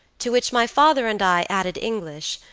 to which my father and i added english,